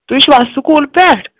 تُہۍ چھُوا سکوٗل پٮ۪ٹھ